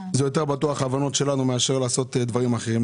יותר בטוח ההבנות שלנו מאשר לעשות דברים אחרים.